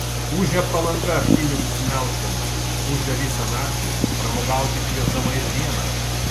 ūžia palanga pinigus melždama ūžia visą naktį pramogauti kviesdama ir dieną